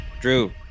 Drew